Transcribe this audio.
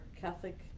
Catholic